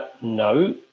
No